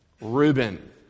Reuben